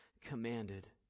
commanded